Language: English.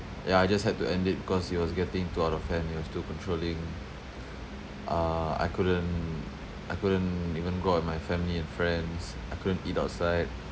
ya I just had to end it because it was getting too out of hand it was too controlling uh I couldn't I couldn't even go out with my family and friends I couldn't eat outside